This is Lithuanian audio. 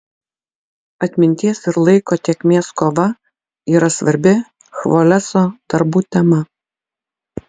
atminties ir laiko tėkmės kova yra svarbi chvoleso darbų tema